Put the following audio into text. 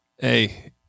Hey